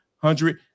hundred